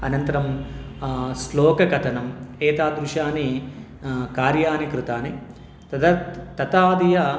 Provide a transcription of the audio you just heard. अनन्तरं श्लोककथनं एतादृशानि कार्याणि कृतानि तदर्थं तथादयः